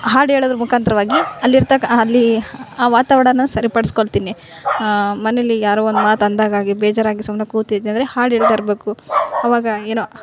ಹಾಡು ಹೇಳೋದ್ರ ಮುಖಾಂತ್ರವಾಗಿ ಅಲ್ಲಿ ಇರತಕ್ಕ ಅಲ್ಲಿಆ ವಾತಾವರ್ಣನ ಸರಿಪಡಿಸಿಕೊಳ್ತೀನಿ ಮನೇಲಿ ಯಾರೋ ಒಂದು ಮಾತು ಅಂದಾಗ ಆಗಿ ಬೇಜಾರಾಗಿ ಸುಮ್ಮನೆ ಕೂತಿದ್ದೆ ಅಂದರೆ ಹಾಡು ಹೇಳ್ತಾ ಇರಬೇಕು ಆವಾಗ ಏನೋ